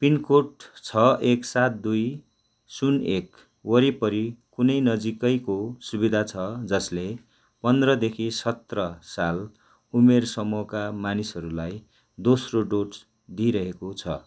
pin code छ एक सात दुई शून्य एक वरिपरि कुनै नजिकैको सुविधा छ जसले पन्ध्रदेखि सत्र साल उमेर समूहका मानिसहरूलाई दोस्रो डोज दिइरहेको छ